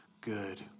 good